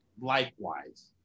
likewise